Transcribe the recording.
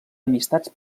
amistats